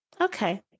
Okay